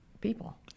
people